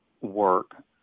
work